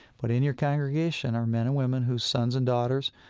but in your congregation are men and women whose sons and daughters,